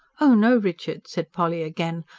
oh no, richard, said polly again.